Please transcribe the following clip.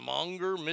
Monger